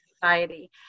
society